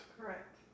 Correct